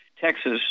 Texas